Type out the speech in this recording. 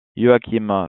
joachim